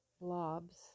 blobs